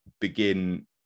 begin